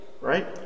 right